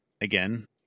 again